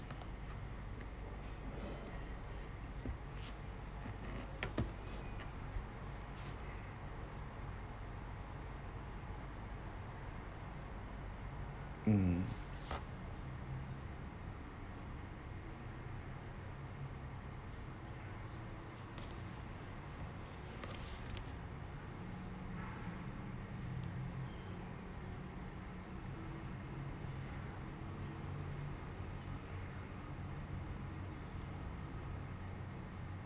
mm